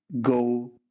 go